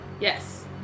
Yes